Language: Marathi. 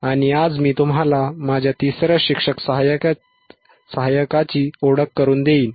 आणि आज मी तुम्हाला माझ्या तिसऱ्या शिक्षक सहाय्यकाची ओळख करून देईन